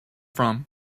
from